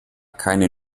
keine